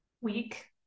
week